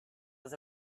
was